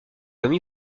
comme